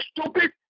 stupid